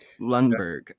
Lundberg